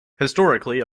historically